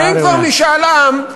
ואם כבר משאל עם,